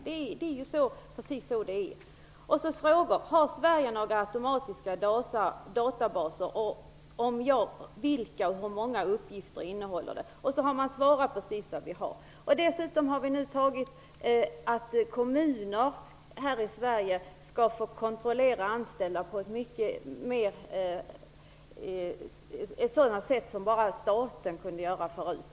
Jag hade några frågor: Har Sverige några automatiska databaser? Om svaret är ja, vilka är de och hur många uppgifter innehåller de? Då svarar man med precis vad vi har. Dessutom har vi i Sverige fattat beslut om att kommuner nu skall få kontrollera anställda på ett sätt som bara staten kunde förut.